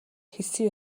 хэлсэн